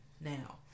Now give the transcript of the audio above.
now